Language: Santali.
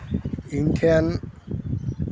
ᱤᱧ ᱴᱷᱮᱱ